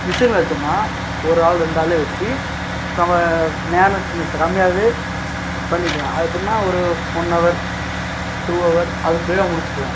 மிஸினில் வைச்சோம்னா ஒரு ஆள் ரெண்டு ஆளே வச்சு க நம்ம நேரக்குன்னு கம்மியாகவே பண்ணிக்கலாம் அது எப்படின்னா ஒரு ஒன் அவர் டூ அவர் அதுக்குள்ளே நம்ம முடிச்சுக்கலாம்